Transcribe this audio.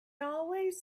always